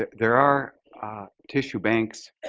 there are tissue banks